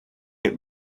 hit